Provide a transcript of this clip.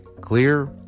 clear